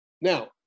now